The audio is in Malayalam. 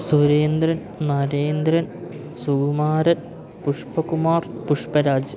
സുരേന്ദ്രൻ നരേന്ദ്രൻ സുകുമാരൻ പുഷ്പകുമാർ പുഷ്പരാജ്